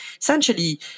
essentially